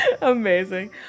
Amazing